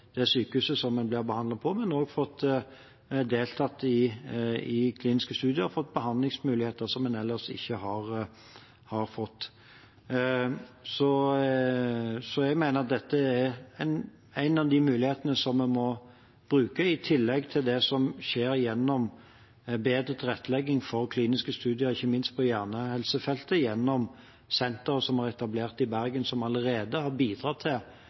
det sykehuset en blir behandlet på, og som også har fått delta i kliniske studier og fått behandlingsmuligheter som en ellers ikke hadde fått. Jeg mener dette er en av de mulighetene vi må bruke, i tillegg til det som skjer gjennom bedre tilrettelegging for kliniske studier, ikke minst på hjernehelsefeltet gjennom senteret som er etablert i Bergen, som allerede har bidratt til